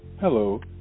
Hello